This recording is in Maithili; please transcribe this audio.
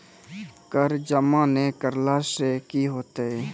कर जमा नै करला से कि होतै?